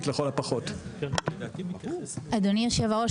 אדוני היו"ר,